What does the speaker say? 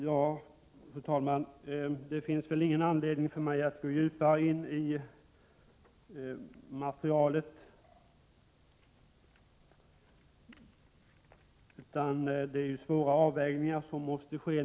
Fru talman! Det finns väl ingen anledning för mig att gå djupare in i materialet. Naturligtvis är det svåra avvägningar som måste ske.